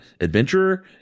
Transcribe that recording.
adventurer